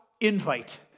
invite